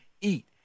eat